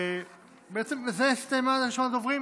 בעצם בזה הסתיימה רשימת הדוברים.